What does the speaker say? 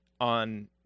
on